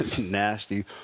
nasty